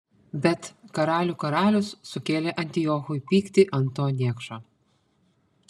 bet karalių karalius sukėlė antiochui pyktį ant to niekšo